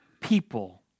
people